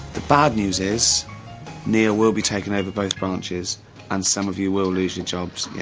the bad news is neil will be taking over both branches and some of you will lose your jobs. yeah